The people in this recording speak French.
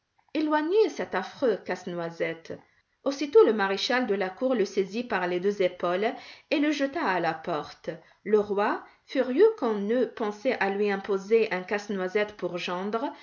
éloignez cet affreux casse-noisette aussitôt le maréchal de la cour le saisit par les deux épaules et le jeta à la porte le roi furieux qu'on eût pensé à lui imposer un casse-noisette pour gendre